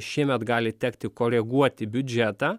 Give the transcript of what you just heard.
šiemet gali tekti koreguoti biudžetą